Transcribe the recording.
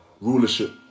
rulership